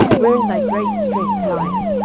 wherein thy great strength lieth,